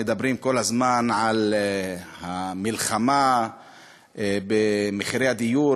מדברים כל הזמן על המלחמה במחירי הדיור,